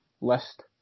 list